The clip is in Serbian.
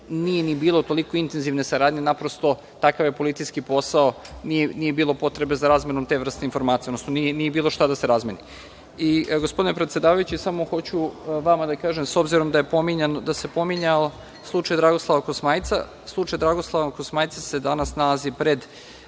nije ni bilo toliko intenzivne saradnje. Naprosto, takav je policijski posao, nije bilo potrebe za razmenom te vrste informacija, odnosno nije bilo šta da se razmeni. Gospodine predsedavajući, samo hoću vama da kažem, s obzirom da je se pominjao slučaj Dragoslava Kosmajca, slučaj Dragoslava Kosmajca se danas nalazi u